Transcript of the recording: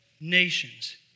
nations